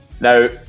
Now